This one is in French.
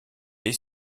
est